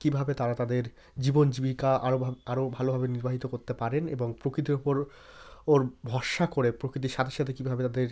কীভাবে তারা তাদের জীবন জীবিকা আরও ভা আরও ভালোভাবে নির্বাহিত করতে পারেন এবং প্রকৃতির ওপর ওর ভরসা করে প্রকৃতির সাথে সাথে কীভাবে তাদের